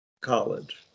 college